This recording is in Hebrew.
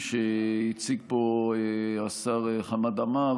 שהסמיך אותו במכתב רשמי.